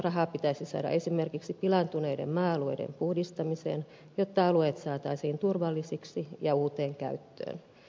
lisärahaa pitäisi saada esimerkiksi pilaantuneiden maa alueiden puhdistamiseen jotta alueet saataisiin turvallisiksi ja uuteen käyttöön